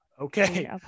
Okay